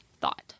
thought